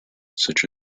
such